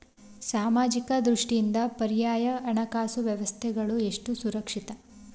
ಸಾಮಾಜಿಕ ದೃಷ್ಟಿಯಿಂದ ಪರ್ಯಾಯ ಹಣಕಾಸು ಸಂಸ್ಥೆಗಳು ಎಷ್ಟು ಸುರಕ್ಷಿತ?